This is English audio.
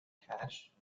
cash